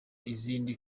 izindi